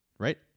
Right